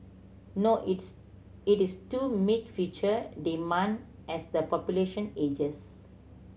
no its it is to meet future demand as the population ages